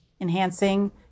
enhancing